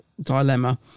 dilemma